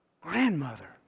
grandmother